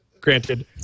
granted